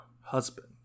husband